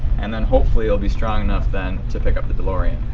and then hopefully it'll be strong enough then to pick up the delorean.